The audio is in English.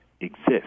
exist